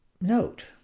note